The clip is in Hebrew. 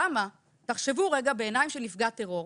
תחשבו רגע בעיניים של נפגע טרור,